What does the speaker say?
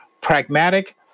pragmatic